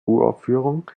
uraufführung